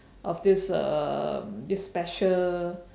of this uh this special